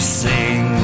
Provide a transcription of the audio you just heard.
sing